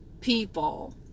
people